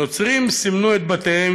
נוצרים סימנו את בתיהם,